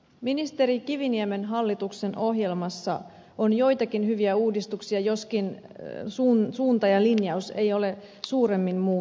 ministeri kiviniemen hallituksen ohjelmassa on joitakin hyviä uudistuksia joskin suunta ja linjaus ei ole suuremmin muuttunut